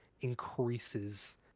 increases